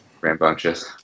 Rambunctious